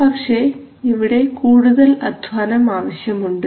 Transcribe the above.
പക്ഷേ ഇവിടെ കൂടുതൽ അധ്വാനം ആവശ്യമുണ്ട്